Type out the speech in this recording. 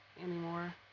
anymore